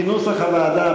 כנוסח הוועדה,